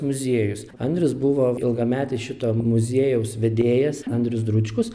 muziejus andrius buvo ilgametis šito muziejaus vedėjas andrius dručkus